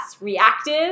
reactive